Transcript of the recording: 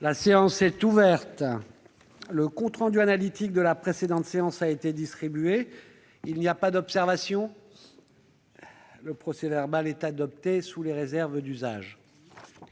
La séance est ouverte. Le compte rendu analytique de la précédente séance a été distribué. Il n'y a pas d'observation ?... Le procès-verbal est adopté sous les réserves d'usage.